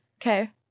okay